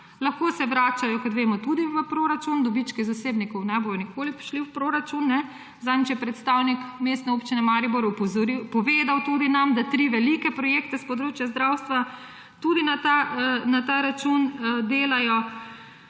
Lahko se vračajo, kot vemo, tudi v proračun. Dobički zasebnikov ne bodo nikoli šli v proračun. Zadnjič nam je predstavnik Mestne občine Maribor povedal tudi, da tri velike projekte s področja zdravstva tudi na ta račun delajo,